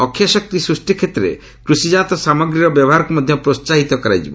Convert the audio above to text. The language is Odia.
ଅକ୍ଷୟ ଶକ୍ତି ସୃଷ୍ଟି କ୍ଷେତ୍ରରେ କୃଷିଜାତ ସାମଗ୍ରୀର ବ୍ୟବହାରକୁ ମଧ୍ୟ ପ୍ରୋହାହିତ କରାଯିବ